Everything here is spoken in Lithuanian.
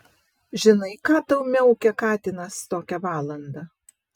žinai ką tau miaukia katinas tokią valandą